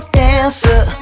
dancer